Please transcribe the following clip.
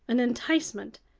an enticement,